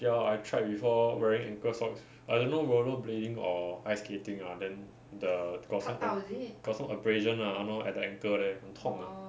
ya I tried before wearing ankle socks I don't know rollerblading or ice skating lah then the got some got some abrasion lah ah lor at the ankle there 很痛 ah